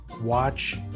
watch